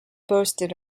boasted